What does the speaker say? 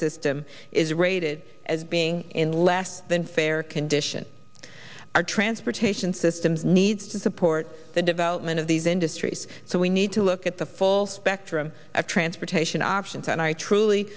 system is rated as being in less than fair condition our transportation systems needs to support the development of these industries so we need to look at the full spectrum of transportation options and i truly